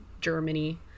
germany